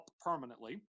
permanently